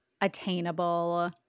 attainable